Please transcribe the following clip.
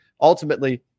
ultimately